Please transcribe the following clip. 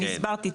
אני הסברתי.